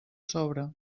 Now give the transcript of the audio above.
sobre